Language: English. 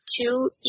two